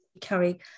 carry